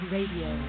Radio